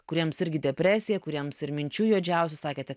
kuriems irgi depresija kuriems ir minčių juodžiausių sakėte